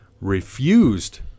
refused